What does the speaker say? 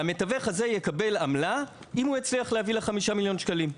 והמתווך הזה יקבל עמלה אם הוא יצליח להביא לה 5 מיליון ₪.